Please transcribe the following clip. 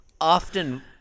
often